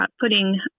putting